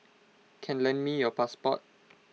can lend me your passport